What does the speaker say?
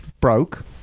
broke